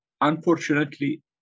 Unfortunately